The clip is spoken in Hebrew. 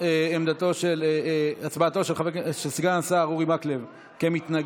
הצבעתו של סגן השר אורי מקלב כמתנגד,